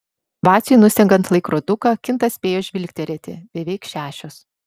vaciui nusegant laikroduką kintas spėjo žvilgterėti beveik šešios